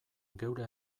geure